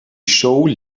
show